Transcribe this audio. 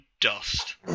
dust